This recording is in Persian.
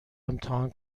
امتحان